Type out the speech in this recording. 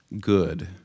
good